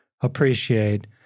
appreciate